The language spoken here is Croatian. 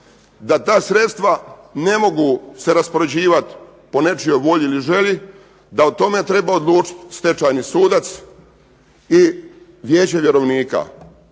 da ta sredstva ne mogu se raspoređivati po nečijoj volji ili želji, da o tome treba odlučiti stečajni sudac i Vijeće vjerovnika.